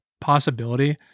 possibility